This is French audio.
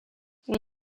une